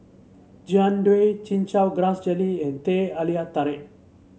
Jian Dui Chin Chow Grass Jelly and Teh Alia Tarik